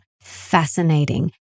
fascinating